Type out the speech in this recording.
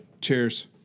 Cheers